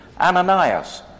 Ananias